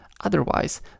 Otherwise